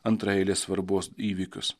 antraeilės svarbos įvykius